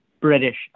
British